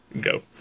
go